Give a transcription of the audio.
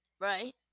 Right